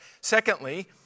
Secondly